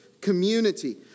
community